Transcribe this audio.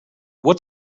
what